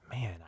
man